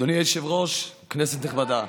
אדוני היושב-ראש, כנסת נכבדה,